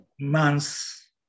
months